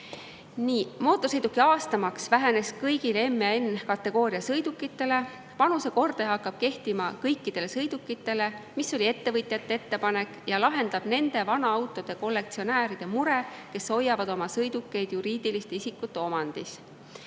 Mootorsõiduki aastamaks vähenes kõigil M- ja N-kategooria sõidukitel. Vanusekordaja hakkab kehtima kõikidele sõidukitele, mis oli ettevõtjate ettepanek. See lahendab nende vanaautode kollektsionääride mure, kes hoiavad oma sõidukeid juriidiliste isikute omandis.